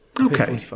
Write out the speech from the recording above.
Okay